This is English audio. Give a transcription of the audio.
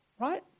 Right